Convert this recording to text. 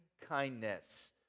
kindness